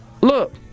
look